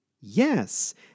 Yes